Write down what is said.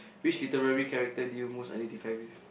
which literary character do you most identify with